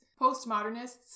postmodernists